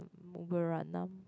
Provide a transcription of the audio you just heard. Tungku-Anum